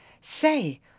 say